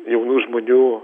jaunų žmonių